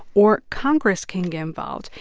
or congress can get involved.